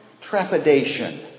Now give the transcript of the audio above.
trepidation